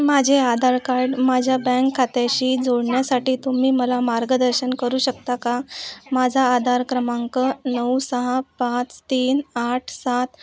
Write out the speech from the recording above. माझे आधार कार्ड माझ्या बँक खात्याशी जोडण्यासाठी तुम्ही मला मार्गदर्शन करू शकता का माझा आधार क्रमांक नऊ सहा पाच तीन आठ सात